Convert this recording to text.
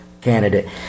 candidate